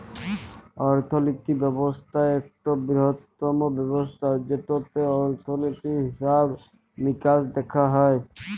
অর্থলিতি ব্যবস্থা ইকট বিরহত্তম ব্যবস্থা যেটতে অর্থলিতি, হিসাব মিকাস দ্যাখা হয়